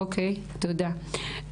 תודה.